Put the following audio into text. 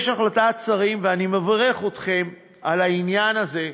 יש החלטת שרים, ואני מברך אתכם על העניין הזה,